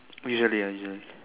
usually lah usually